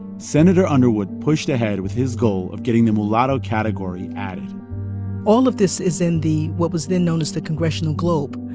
sen. underwood pushed ahead with his goal of getting the mulatto category added all of this is in the what was then known as the congressional globe.